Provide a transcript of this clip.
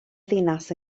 ddinas